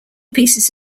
pieces